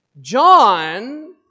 John